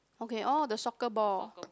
okay oh the soccer ball